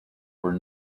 were